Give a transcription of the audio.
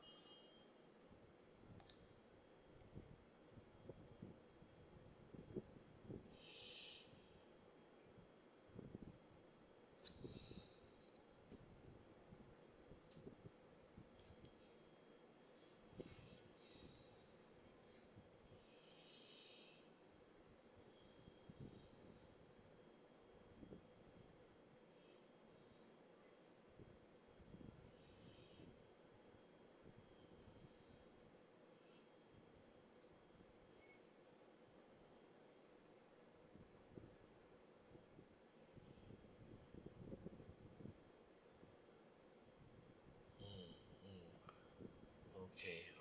mmhmm mm okay